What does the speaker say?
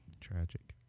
Tragic